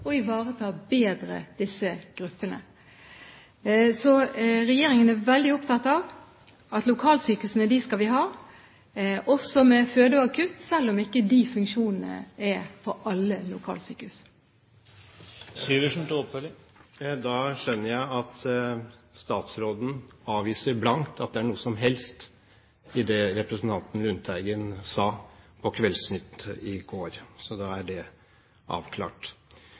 bedre å ivareta disse gruppene. Så regjeringen er veldig opptatt av at vi skal ha lokalsykehusene, også med føde og akutt, selv om ikke disse funksjonene er på alle lokalsykehus. Da skjønner jeg at statsråden avviser blankt at det er noe som helst i det representanten Lundteigen sa på Kveldsnytt i går. Så da er det avklart.